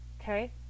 Okay